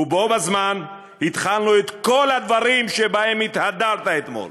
ובו בזמן התחלנו את כל הדברים שבהם התהדרת אתמול.